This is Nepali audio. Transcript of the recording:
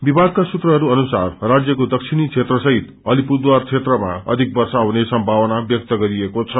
विभागका सूत्रहरू अनुसार राज्यको दक्षिणी क्षेत्रसहित अलिपुरद्वार क्षेत्रमा अधि वर्षा हुने सम्भावना व्यक्त गरिएको छ